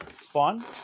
Spawn